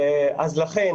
לכן,